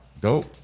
Dope